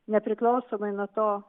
nepriklausomai nuo to